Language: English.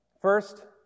First